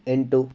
ಎಂಟು